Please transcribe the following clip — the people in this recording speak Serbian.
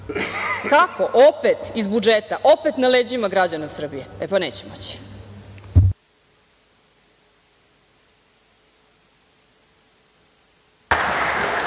Kako? Opet iz budžeta, opet na leđima građana Srbije. E, pa, neće moći!